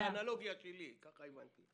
בבקשה, זו האנלוגיה שלי, כך הבנתי.